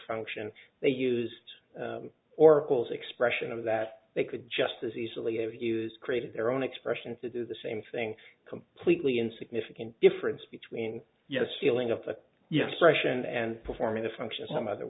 function they use or calls expression of that they could just as easily use created their own expressions to do the same thing completely insignificant difference between yes feeling up to yes russian and performing the function some other